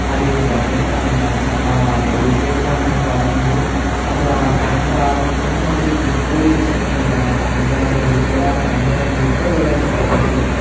అది బ్రాండెడ్ కాదండి అది చాలా డెలికేట్గా ఉంది క్లాతింగు అసలు ఆ ప్యాంటు రావడంతో ఆల్రెడీ జిప్పు పొయి ఇచ్చిండు నాకు ప్యాంటు అసలు జిప్పు కూడా పని చేయ జిప్పు లేదు అసలు ప్యాంటుకి